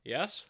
Yes